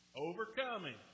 overcoming